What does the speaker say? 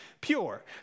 pure